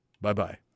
Bye-bye